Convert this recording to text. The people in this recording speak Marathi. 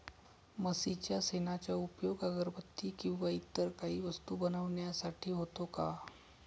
म्हशीच्या शेणाचा उपयोग अगरबत्ती किंवा इतर काही वस्तू बनविण्यासाठी होतो का?